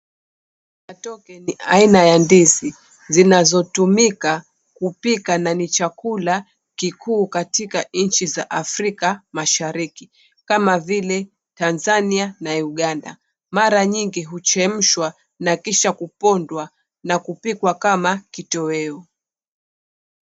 Matoke ni aina ya ndizi zinazotumika kupika na ni chakula kikuu katika nchi za Afrika Mashariki kama vile Tanzania na Uganda. Mara nyingi huchemshwa na kisha kupondwa na kupikwa kama kitoweo.